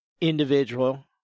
individual